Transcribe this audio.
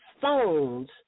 phones